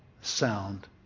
sound